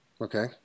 Okay